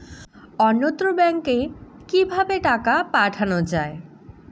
অন্যত্র ব্যংকে কিভাবে টাকা পাঠানো য়ায়?